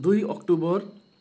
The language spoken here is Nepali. दुई अक्टोबर